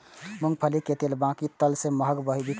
मूंगफली के तेल बाकी तेल सं महग बिकाय छै